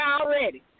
already